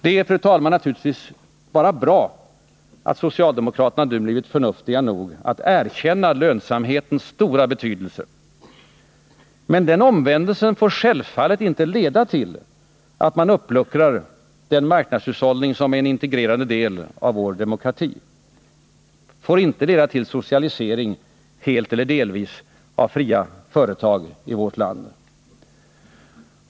Det är, fru talman, naturligtvis bara bra att socialdemokraterna nu har blivit förnuftiga nog att erkänna lönsamhetens stora betydelse. Men den omvändelsen får självfallet inte leda till att man uppluckrar den marknadshushållning som är en integrerande del av vår demokrati. Det får inte leda till socialisering helt eller delvis av fria företag i vårt land.